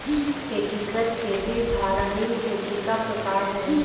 एकीकृत खेती धारणीय खेती का प्रकार है